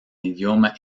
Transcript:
idioma